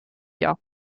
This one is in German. jahr